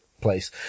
place